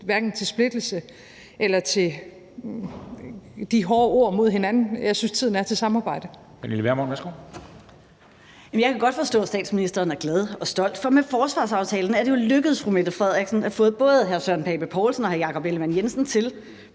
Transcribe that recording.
Pernille Vermund, værsgo. Kl. 13:21 Pernille Vermund (NB): Jeg kan godt forstå, at statsministeren er glad og stolt, for med forsvarsaftalen er det jo lykkedes fru Mette Frederiksen at få både hr. Søren Pape Poulsen og hr. Jakob Ellemann-Jensen til